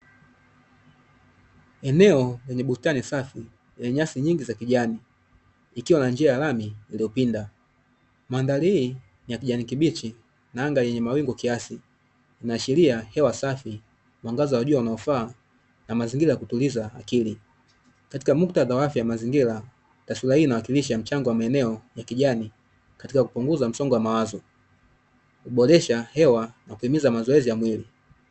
Eneo lenye bustani safi ya nyasi nyingi za kijani ikiwa na njia ya lami iliyopinda, madhari hii ni ya kijani kibichi na anga yenye mawingu kiasi inaashiria hewa safi ,mwangaza wa jua unao faa na mazingira ya kutuliza akili katika muktadha wa afya mazingira ya shule hii inawakilisha mchango wa maeneo ya kijani katika kupunguza msongo wa mawazo kuboresha hewa na kutimiza ya mazoezi ya mwili.